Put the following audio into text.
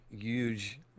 huge